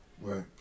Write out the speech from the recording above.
Right